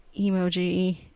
emoji